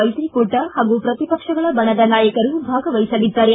ಮೈತ್ರಿಕೂಟ ಹಾಗೂ ಪ್ರತಿಪಕ್ಷಗಳ ಬಣದ ನಾಯಕರು ಭಾಗವಹಿಸಲಿದ್ದಾರೆ